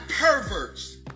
perverts